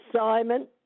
Simon